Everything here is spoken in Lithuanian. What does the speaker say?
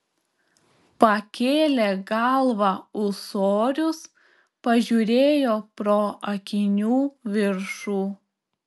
pakėlė galvą ūsorius pažiūrėjo pro akinių viršų